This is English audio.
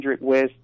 West